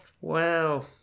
wow